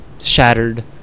shattered